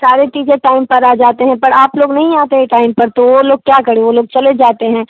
सारे teacher time पर आ जाते हैं पर आप लोग नहीं आते हैं टाइम पर तो वो लोग क्या करें वो लोग चले जाते हैं